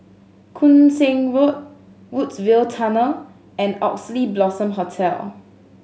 Koon Seng Road Woodsville Tunnel and Oxley Blossom Hotel